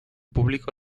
público